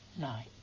night